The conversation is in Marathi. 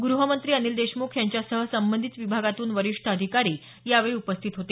गृहमंत्री अनिल देशमुख यांच्यासह संबंधित विभागातून वरिष्ठ अधिकारी यावेळी उपस्थित होते